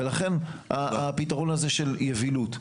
ולכן הפתרון הזה של יבילות.